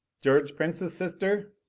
george prince's sister?